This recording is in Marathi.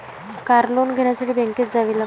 कार लोन घेण्यासाठी बँकेत जावे लागते